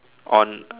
on